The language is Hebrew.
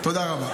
תודה רבה.